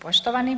Poštovani,